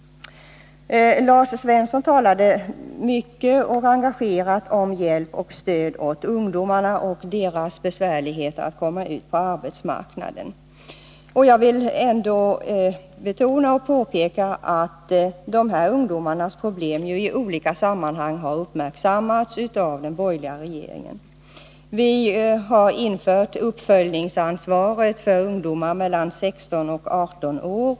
Lars Svensson talade mycket och engagerat om hjälp och stöd åt ungdomarna samt om de besvärligheter som de möter när de skall ut på arbetsmarknaden. Jag vill då påpeka att dessa ungdomars problem i olika sammanhang har uppmärksammats av den borgerliga regeringen. Vi har bl.a. infört uppföljningsansvaret för ungdomar mellan 16 och 18 år.